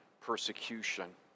persecution